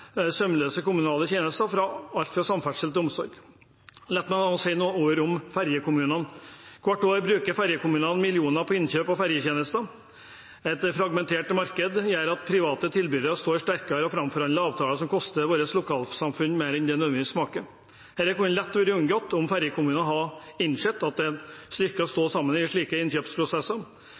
sømløse kommunale tjenester innenfor alt fra samferdsel til omsorg. La meg si noen ord om ferjekommunene: Hvert år bruker ferjekommunene millioner på innkjøp av ferjetjenester. Et fragmentert marked gjør at private tilbydere står sterkere når det gjelder å framforhandle avtaler som koster våre lokalsamfunn mer enn det nødvendigvis smaker. Dette kunne lett vært unngått om ferjekommunene hadde innsett at det er en styrke å stå sammen i slike innkjøpsprosesser.